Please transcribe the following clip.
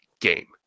game